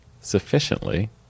sufficiently